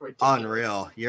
Unreal